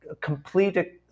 Complete